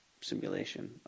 simulation